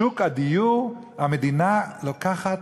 בשוק הדיור המדינה לוקחת,